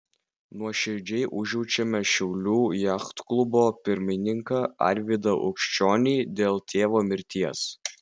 nuoširdžiai užjaučiame šiaulių jachtklubo pirmininką arvydą aukščionį dėl tėvo mirties